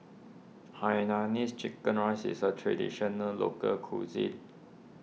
Hainanese Chicken Rice is a Traditional Local Cuisine